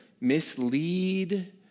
mislead